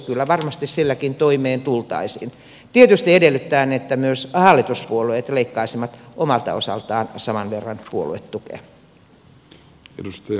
kyllä varmasti silläkin toimeen tultaisiin tietysti edellyttäen että myös hallituspuolueet leikkaisivat omalta osaltaan saman verran puoluetukea